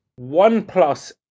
OnePlus